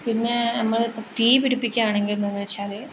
പിന്നെ നമ്മൾ ഇപ്പം തീ പിടിപ്പിക്കുകയാണെങ്കിൽ എന്താണെന്ന് വെച്ചാൽ